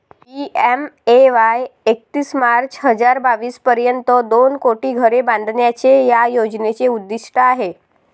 PMAY एकतीस March हजार बावीस पर्यंत दोन कोटी घरे बांधण्याचे या योजनेचे उद्दिष्ट आहे